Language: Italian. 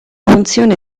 funzione